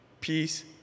peace